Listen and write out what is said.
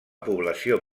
població